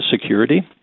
Security